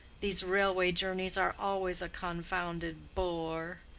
these railway journeys are always a confounded bore.